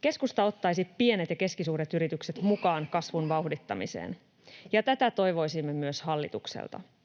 keskusta ottaisi pienet ja keskisuuret yritykset mukaan kasvun vauhdittamiseen, ja tätä toivoisimme myös hallitukselta.